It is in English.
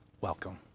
welcome